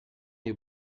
you